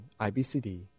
IBCD